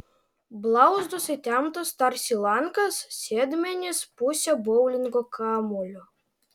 blauzdos įtemptos tarsi lankas sėdmenys pusė boulingo kamuolio